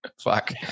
fuck